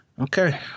okay